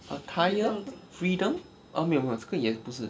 akyem freedom err 没有没有这个也不是